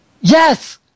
yes